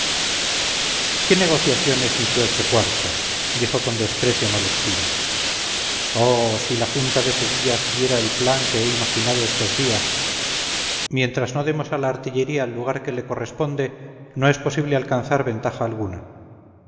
qué negociaciones ni qué ocho cuartos dijo con desprecio malespina oh si la junta de sevilla siguiera el plan que he imaginado estos días mientras no demos a la artillería el lugar que le corresponde no es posible alcanzar ventaja alguna